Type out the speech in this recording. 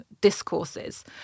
discourses